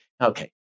Okay